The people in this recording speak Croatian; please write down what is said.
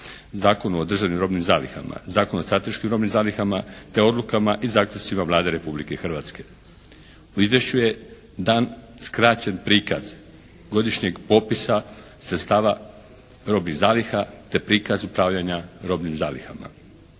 Zakonu o državnim robnim zalihama, Zakon o strateškim robnim zalihama te odlukama i zaključcima Vlade Republike Hrvatske. U izvješću je dan skraćen prikaz godišnjeg popisa sredstava robnih zaliha te prikaz upravljanja robnim zalihama.